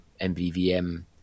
mvvm